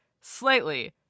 slightly